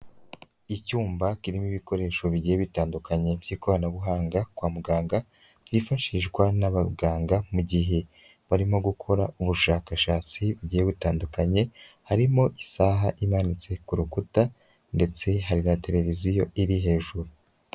Icyumba kirimo ibikoresho bigiye bitandukanye by'ikoranabuhanga kwa muganga byifashishwa n'abaganga mugihe barimo gukora ubushakashatsi bugiye butandukanye, harimo isaha imanitse ku rukuta ndetse hari na tereviziyo iri hejuru.